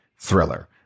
Thriller